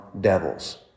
devils